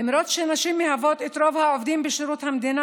למרות שנשים מהוות את רוב העובדים בשירות המדינה,